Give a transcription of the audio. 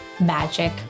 magic